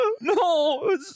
No